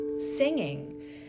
singing